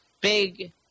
Big